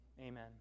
Amen